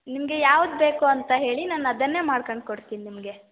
ನಿಮಗೆ ಯಾವ್ದು ಬೇಕು ಅಂತ ಹೇಳಿ ನಾನು ಅದನ್ನೇ ಮಾಡ್ಕಂಡು ಕೊಡ್ತೀನಿ ನಿಮಗೆ